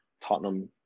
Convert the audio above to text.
Tottenham